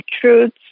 truths